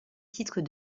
titres